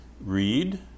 Read